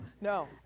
No